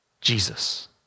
Jesus